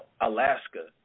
Alaska